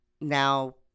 now